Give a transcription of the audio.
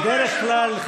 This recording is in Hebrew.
בדרך כלל,